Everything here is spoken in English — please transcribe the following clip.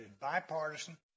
bipartisan